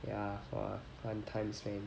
ya !wah! fun times man